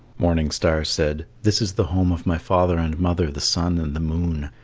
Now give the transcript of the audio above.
morning star said, this is the home of my father and mother, the sun and the moon,